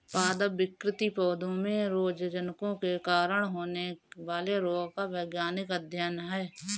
पादप विकृति पौधों में रोगजनकों के कारण होने वाले रोगों का वैज्ञानिक अध्ययन है